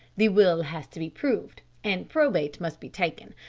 the will has to be proved, and probate must be taken,